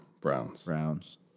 Browns